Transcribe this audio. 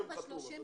נעולה.